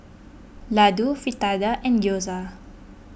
Ladoo Fritada and Gyoza